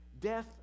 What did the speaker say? death